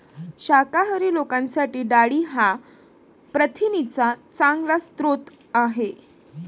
शाकाहारी लोकांसाठी डाळी हा प्रथिनांचा चांगला स्रोत आहे